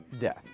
Death